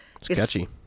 Sketchy